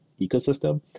ecosystem